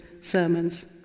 sermons